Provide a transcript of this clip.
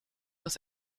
dass